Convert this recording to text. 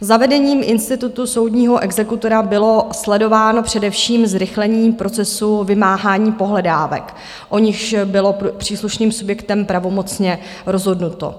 Zavedením institutu soudního exekutora bylo sledováno především zrychlení procesu vymáhání pohledávek, o nichž bylo příslušným subjektem pravomocně rozhodnuto.